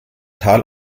tal